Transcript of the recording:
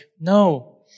no